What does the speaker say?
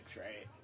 right